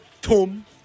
Tom